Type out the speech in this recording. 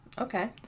Okay